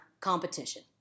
competition